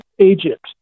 Egypt